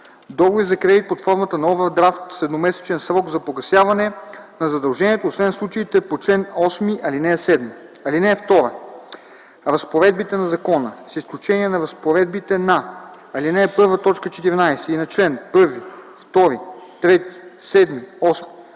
договори за кредит под формата на овърдрафт с едномесечен срок за погасяване на задължението освен в случаите по чл. 8, ал. 7; (2) Разпоредбите на закона, с изключение на разпоредбите на ал. 1, т. 14 и на чл. 1, 2, 3, 7, 8,